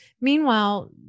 Meanwhile